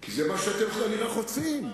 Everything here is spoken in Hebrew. כי זה מה שאתם כנראה רוצים.